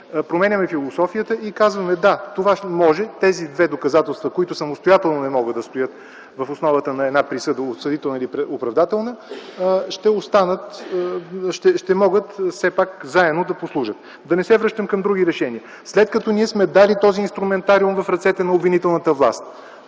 променяме философията и казваме: да, това може, тези две доказателства, които самостоятелно не могат да стоят в основата на една присъда – осъдителна или оправдателна, ще могат все пак заедно да послужат. Да не се връщам към други решения. След като ние сме дали този инструментариум в ръцете на обвинителната власт,